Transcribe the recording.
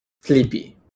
sleepy